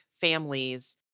families